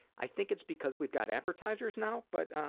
i think it's because we've got advertisers now, but, ah,